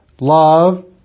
love